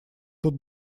тут